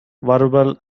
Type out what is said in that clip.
verbal